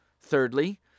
Thirdly